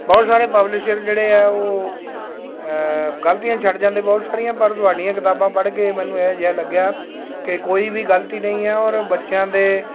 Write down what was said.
ਬਹੁਤ ਸਾਰੇ ਪਬਲਿਸ਼ਰ ਜਿਹੜੇ ਹੈ ਉਹ ਗਲਤੀਆਂ ਛੱਡ ਜਾਂਦੇ ਬਹੁਤ ਸਾਰੀਆਂ ਪਰ ਤੁਹਾਡੀਆਂ ਕਿਤਾਬਾਂ ਪੜ੍ਹ ਕੇ ਮੈਨੂੰ ਇਹੋ ਜਿਹਾ ਲੱਗਿਆ ਕਿ ਕੋਈ ਵੀ ਗਲਤੀ ਨਹੀਂ ਹੈ ਔਰ ਬੱਚਿਆਂ ਦੇ